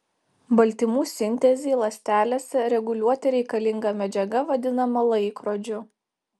baltymų sintezei ląstelėse reguliuoti reikalinga medžiaga vadinama laikrodžiu